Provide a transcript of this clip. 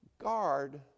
Guard